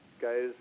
guys